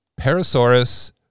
Parasaurus